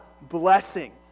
blessing